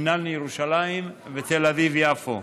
הינן ירושלים ותל אביב-יפו.